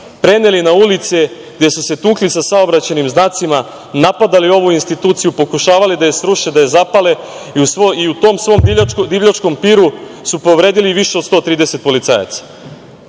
preneli na ulice gde su se tukli sa saobraćajnim znacima, napadali ovu instituciju, pokušavali da je sruše, zapale i u tom svom divljačkom piru su povredili više od 130 policajaca. Dakle,